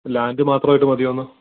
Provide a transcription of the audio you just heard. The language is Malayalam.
ലാൻഡ് മാത്രായിട്ട് മതിയോ എന്ന്